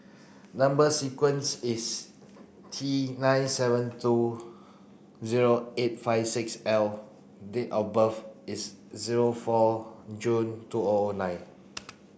number sequence is T nine seven two zero eight five six L date of birth is zero four June two O O nine